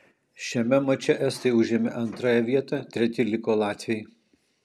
šiame mače estai užėmė antrąją vietą treti liko latviai